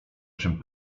czym